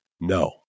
no